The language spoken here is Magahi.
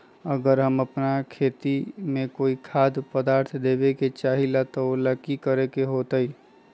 अगर हम अपना खेती में कोइ खाद्य पदार्थ देबे के चाही त वो ला का करे के होई?